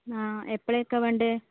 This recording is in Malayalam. ആ എപ്പോഴാണ് നിങ്ങൾക്ക് വേണ്ടത്